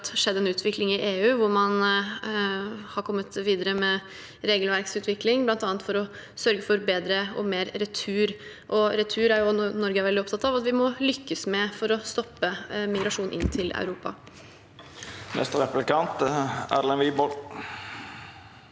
skjedd en utvikling i EU hvor man har kommet videre med regelverksutvikling, bl.a. for å sørge for bedre og mer retur. Retur er noe Norge er veldig opptatt av at vi må lykkes med for å stoppe migrasjon inn til Europa. Erlend Wiborg